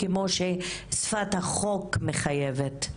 כפי ששפת החוק מחייבת.